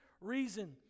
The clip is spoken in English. reason